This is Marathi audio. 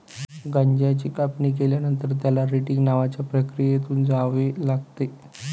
गांजाची कापणी केल्यानंतर, त्याला रेटिंग नावाच्या प्रक्रियेतून जावे लागते